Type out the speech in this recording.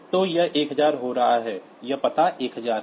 तो यह 1000 हो रहा है यह पता 1000 है